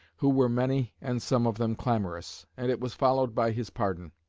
who were many and some of them clamorous and it was followed by his pardon.